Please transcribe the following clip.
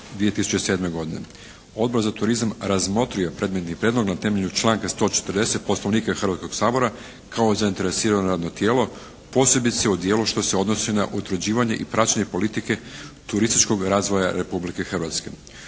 2007. godine. Odbor za turizam razmotrio je predmetni prijedlog na temelju članka 140. Poslovnika Hrvatskog sabora kao zainteresirano radno tijelo, posebice u dijelu što se odnosi na utvrđivanje i praćenje politike turističkog razvoja Republike Hrvatske.